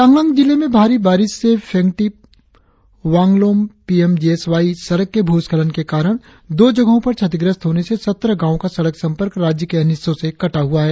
चांगलांग जिले में भारी बारिश से Phengtip Watlom P M G S Y सड़क के भूस्खलन के कारण दो जगहों पर क्षतिग्रस्त होने से सत्रह गांवो का सड़क संपर्क राज्य के अन्य हिस्सों से कटा हुआ है